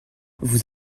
vous